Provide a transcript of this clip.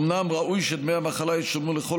אומנם ראוי שדמי המחלה ישולמו לכל